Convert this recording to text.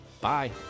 Bye